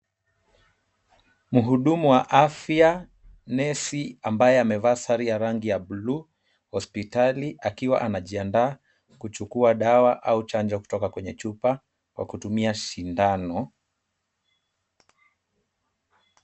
Mhudumu wa afya nesi ambaye amevaa sare ya rangi ya blue hospitali akiwa anajiandaa kuchukua dawa au chanjo kutoka kwenye chupa kwa kutumia sindano.